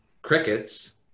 crickets